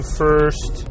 first